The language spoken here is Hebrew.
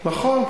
נכון,